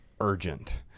urgent